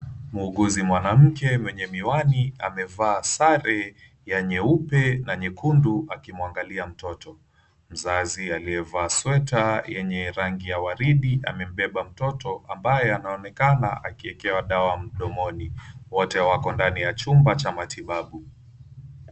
Muuguzi mwanamke mwenye miwani amevaa sare ya nyeupe na nyekundu akimwangalia mtoto. Mzazi aliyevaa sweta yenye rangi ya waridi amembeba mtoto ambaye anaonekana akiwekewa dawa mdomoni. Wote wako ndani ya chumba cha matibabu.